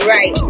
Right